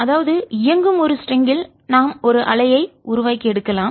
அதாவது இயங்கும் ஒரு ஸ்ட்ரிங்கில் லேசான கயிறு நாம் ஒரு அலை ஐ உருவாக்கி எடுக்கலாம்